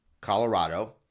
Colorado